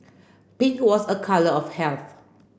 pink was a colour of health